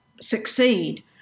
succeed